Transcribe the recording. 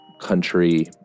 country